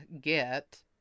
get